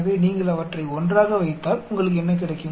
எனவே நீங்கள் அவற்றை ஒன்றாக வைத்தால் உங்களுக்கு என்ன கிடைக்கும்